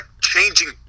changing